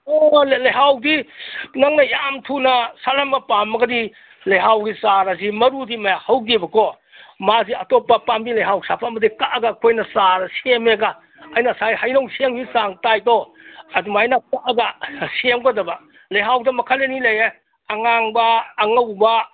ꯑꯣ ꯂꯩꯍꯥꯎꯗꯤ ꯅꯪꯅ ꯌꯥꯝ ꯊꯨꯅ ꯁꯥꯠꯍꯟꯕ ꯄꯥꯝꯃꯒꯗꯤ ꯂꯩꯍꯥꯎꯒꯤ ꯆꯥꯔ ꯑꯁꯤ ꯃꯔꯨꯗꯤ ꯍꯧꯗꯦꯕꯀꯣ ꯃꯥꯁꯤ ꯑꯇꯣꯞꯄ ꯄꯥꯝꯕꯤ ꯂꯩꯍꯥꯎ ꯁꯥꯠꯄ ꯑꯃꯗꯩ ꯀꯛꯑꯒ ꯑꯩꯈꯣꯏꯅ ꯆꯥꯔ ꯁꯦꯝꯃꯦꯒ ꯑꯩꯅ ꯉꯁꯥꯏ ꯍꯩꯅꯧ ꯁꯦꯝꯒꯤꯕ ꯆꯥꯡ ꯇꯥꯏꯗꯣ ꯑꯗꯨꯃꯥꯏꯅ ꯀꯛꯑꯒ ꯁꯦꯝꯒꯗꯕ ꯂꯩꯍꯥꯎꯗ ꯃꯈꯜ ꯑꯅꯤ ꯂꯩꯌꯦ ꯑꯉꯥꯡꯕ ꯑꯉꯧꯕ